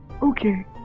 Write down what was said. Okay